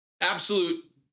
absolute